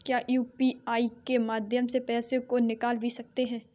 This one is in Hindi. क्या यू.पी.आई के माध्यम से पैसे को निकाल भी सकते हैं?